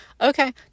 okay